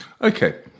Okay